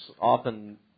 often